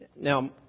Now